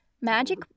Magic